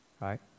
right